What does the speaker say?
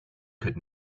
could